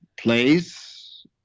place